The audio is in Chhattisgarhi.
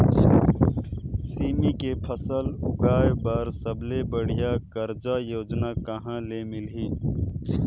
सेमी के फसल उगाई बार सबले बढ़िया कर्जा योजना कहा ले मिलही?